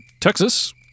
Texas